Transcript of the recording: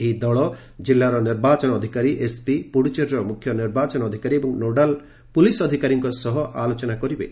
ଏହି ଦଳ ଜିଲ୍ଲାର ନିର୍ବାଚନ ଅଧିକାରୀ ଏସ୍ପି ପୁଡୁଚେରୀର ମୁଖ୍ୟ ନିର୍ବାଚନ ଅଧିକାରୀ ଏବଂ ନୋଡାଲ୍ ପୁଲିସ୍ ଅଧିକାରୀଙ୍କ ସହ ଆଲୋଚନା କରିବେ